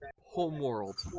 Homeworld